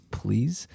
please